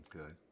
okay